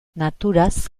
naturaz